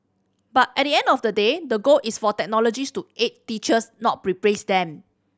but at the end of the day the goal is for technologies to aid teachers not replace them